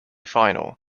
final